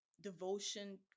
devotion